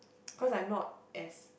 cause I'm not as